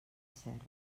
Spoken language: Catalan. serra